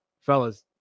fellas